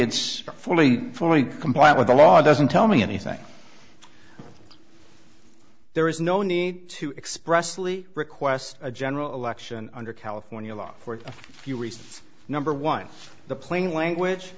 it's fully fully compliant with the law doesn't tell me anything there is no need to expressly request a general election under california law for a few reasons number one the plain language